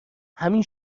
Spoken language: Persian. همین